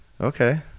Okay